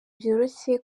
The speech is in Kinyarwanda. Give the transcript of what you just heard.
byoroshye